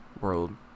World